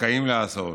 זכאים להסעות.